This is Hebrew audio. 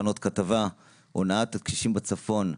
יש כאן עוד כתבה: הונאת הקשישים בצפון,